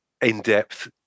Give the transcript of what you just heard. in-depth